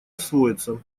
освоиться